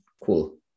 cool